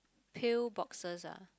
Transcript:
pill boxes ah